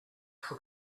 for